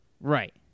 Right